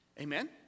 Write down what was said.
Amen